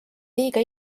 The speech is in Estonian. liiga